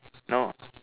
no